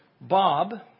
Bob